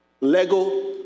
Lego